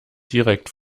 direkt